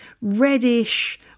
reddish